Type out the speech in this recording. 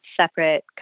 separate